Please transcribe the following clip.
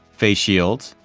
face shields,